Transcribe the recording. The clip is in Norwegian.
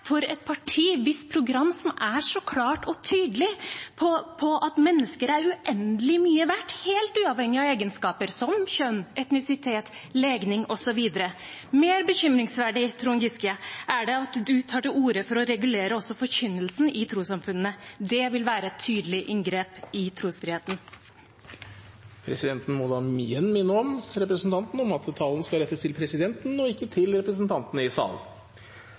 for et parti hvis program er klart og tydelig på at mennesker er uendelig mye verdt – helt uavhengig av egenskaper, som kjønn, etnisitet, legning osv. Mer bekymringsverdig, Trond Giske, er det at du tar til orde for å regulere også forkynnelsen i trossamfunnene. Det vil være et tydelig inngrep i trosfriheten. Presidenten må da minne representanten om at talen skal rettes til presidenten og ikke til representantene i salen.